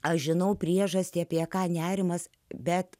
aš žinau priežastį apie ką nerimas bet